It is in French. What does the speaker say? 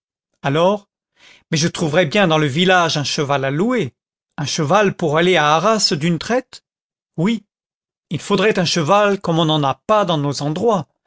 alors mais je trouverai bien dans le village un cheval à louer un cheval pour aller à arras d'une traite oui il faudrait un cheval comme on n'en a pas dans nos endroits